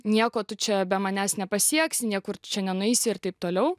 nieko tu čia be manęs nepasieksi niekur čia nenueisi ir taip toliau